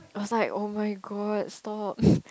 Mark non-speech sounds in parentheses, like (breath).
I was like oh my god stop (breath)